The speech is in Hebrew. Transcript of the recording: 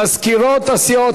מזכירות הסיעות,